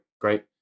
great